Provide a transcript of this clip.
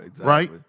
right